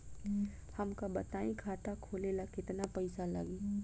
हमका बताई खाता खोले ला केतना पईसा लागी?